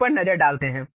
उस पर नजर डालते हैं